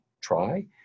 try